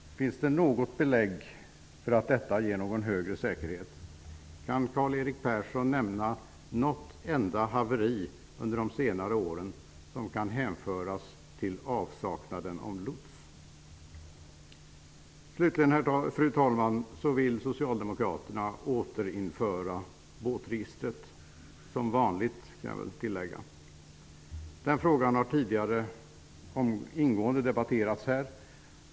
Har man något belägg för att detta ger någon högre säkerhet? Kan Karl-Erik Persson nämna något enda haveri under senare år som kan hänföras till avsaknaden av lots? Slutligen, fru talman, vill Socialdemokraterna, som vanligt, återinföra båtregistret. Den frågan har tidigare ingående debatterats här.